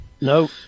No